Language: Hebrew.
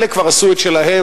אלה כבר עשו את שלהם,